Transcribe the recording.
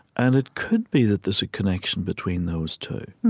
and it could be that there's a connection between those two